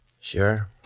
Sure